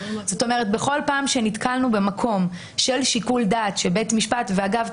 בכל פעם שנתקלנו במקום של שיקול דעת של בית משפט -- אגב,